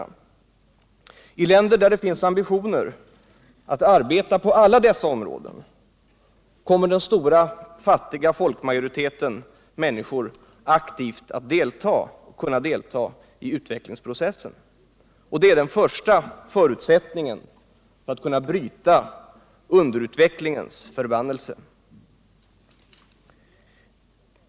I länder där det finns ambitioner att arbeta på alla dessa områden kommer den stora fattiga majoriteten av människor aktivt att delta i utvecklingsprocessen. Det är den första förutsättningen för att kunna bryta underutvecklingens förbannelse.